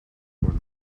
before